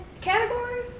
category